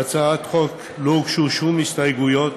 להצעת החוק לא הוגשו שום הסתייגויות,